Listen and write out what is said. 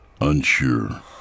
unsure